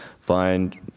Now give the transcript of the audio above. Find